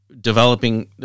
developing